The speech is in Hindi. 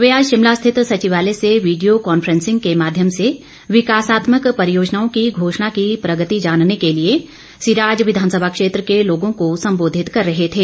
वे आज शिमला स्थित सचिवालय से वीडियो कांफ्रेंसिंग के माध्यम से विकासात्मक परियोजनाओं की घोषणा की प्रगति जानने के लिए सिराज विधानसभा क्षेत्र के लोगों को संबोधित कर रहे थे